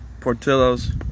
Portillo's